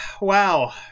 Wow